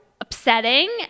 upsetting